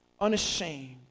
unashamed